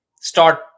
start